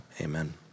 amen